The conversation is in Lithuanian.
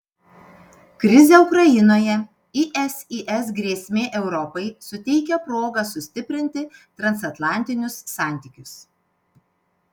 krizė ukrainoje isis grėsmė europai suteikia progą sustiprinti transatlantinius santykius